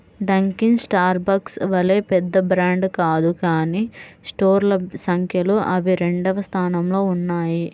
Dunkin Starbucks వలె పెద్ద brand కాదు కానీ స్టోర్ల సంఖ్యలో అవి రెండవ స్థానంలో ఉన్నాయి